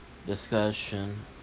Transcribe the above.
discussion